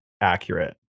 accurate